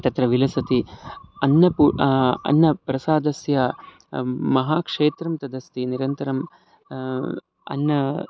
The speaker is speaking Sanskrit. तत्र विलसति अन्नपू अन्नप्रसादस्य महाक्षेत्रम् तदस्ति निरन्तरम् अन्न